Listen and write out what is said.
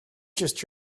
just